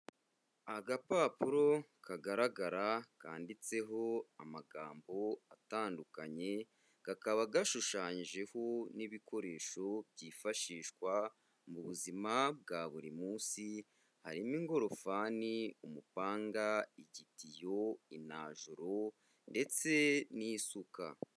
Agapapuro kagaragara kanditseho amagambo atandukanye, kakaba gashushanyijeho n'ibikoresho byifashishwa mu buzima bwa buri munsi, harimo ingorofani, umupanga, igitiyo, inajoro ndetse n'isuka.